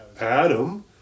Adam